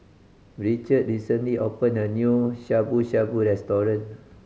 Richmond recently opened a new Shabu Shabu Restaurant